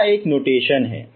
यह सिर्फ एक नोटेशन है